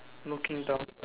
looking down